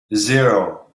zero